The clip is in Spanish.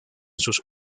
sus